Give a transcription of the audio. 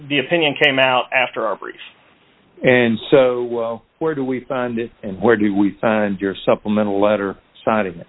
the opinion came out after our brief and so where do we find it and where do we find your supplemental letter side